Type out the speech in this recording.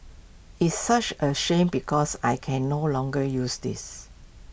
it's such A shame because I can no longer use this